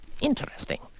interesting